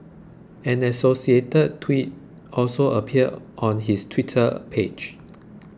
an associated tweet also appeared on his Twitter page